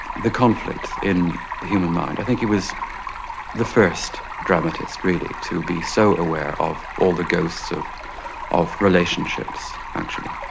conflicts in the human mind. i think he was the first dramatist, really, to be so aware of all the ghosts of of relationships, actually.